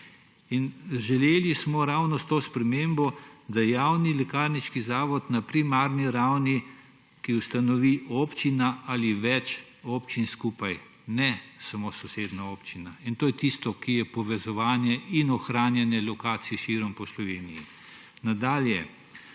smo želeli ravno, da javni lekarniški zavod na primarni ravni lahko ustanovi občina ali več občin skupaj ne samo sosednja občina, in to je tisto povezovanje in ohranjanje lokacij širom po Sloveniji. Nadalje.